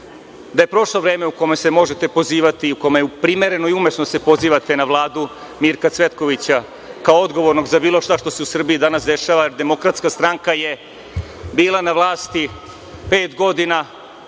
da je prošlo vreme u kome se možete pozivati, u kome je primereno i umesno da se pozivate na Vladu Mirka Cvetkovića kao odgovornog za bilo šta što se u Srbiji danas dešava, jer Demokratska stranka je bila na vlasti pet godina,